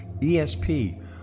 ESP